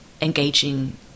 engaging